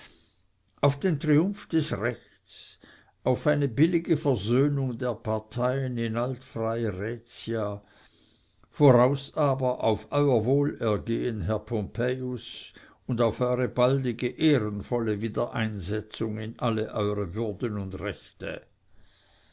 auf den triumph des rechts auf eine billige versöhnung der parteien in altfrei rhätia voraus aber auf euer wohlergehen herr pompejus und auf eure baldige ehrenvolle wiedereinsetzung in alle eure würden und rechte